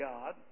God